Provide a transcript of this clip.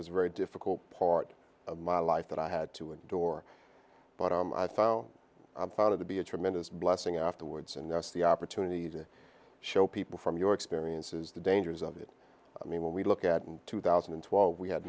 a very difficult part of my life that i had to adore but i thought of the be a tremendous blessing afterwards and that's the opportunity to show people from your experiences the dangers of it i mean when we look at in two thousand and twelve we had